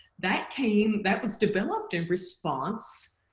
that came that was developed in response